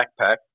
backpack